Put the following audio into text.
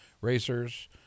racers